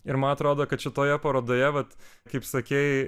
ir man atrodo kad šitoje parodoje vat kaip sakei